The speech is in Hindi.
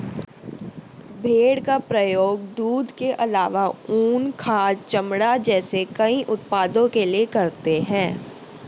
भेड़ का प्रयोग दूध के आलावा ऊन, खाद, चमड़ा जैसे कई उत्पादों के लिए करते है